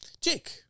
Jake